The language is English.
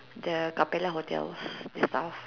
the Capella hotel the stuff